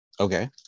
Okay